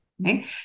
right